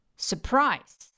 Surprise